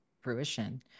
fruition